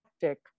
tactic